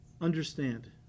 understand